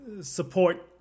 support